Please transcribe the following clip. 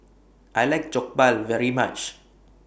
I like Jokbal very much